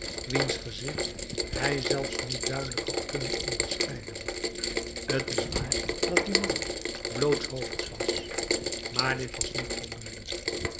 wiens gezicht hij zelfs niet duidelijk had kunnen onderscheiden t is waar dat die man blootshoofds was maar dit was niet voldoende